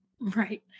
Right